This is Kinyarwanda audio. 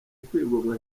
kwigomwa